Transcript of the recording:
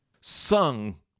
sung